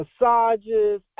massages